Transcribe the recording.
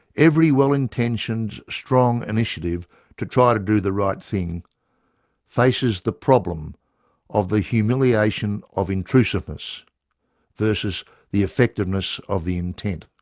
every well-intentioned, strong initiative to try to do the right thing faces the problem of the humiliation of intrusiveness versus the effectiveness of the intent.